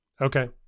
Okay